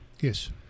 Yes